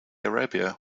arabia